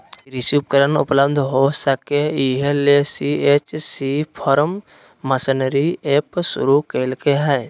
कृषि उपकरण उपलब्ध हो सके, इहे ले सी.एच.सी फार्म मशीनरी एप शुरू कैल्के हइ